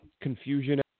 confusion